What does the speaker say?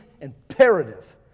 imperative